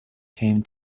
came